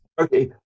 Okay